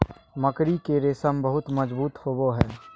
मकड़ी के रेशम बहुत मजबूत होवो हय